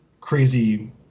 crazy